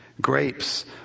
Grapes